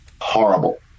horrible